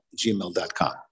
gmail.com